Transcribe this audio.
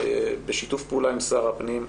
בשיתוף פעולה עם שר הפנים,